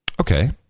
Okay